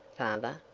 father?